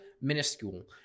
minuscule